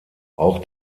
auch